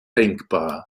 denkbar